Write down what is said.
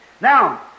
Now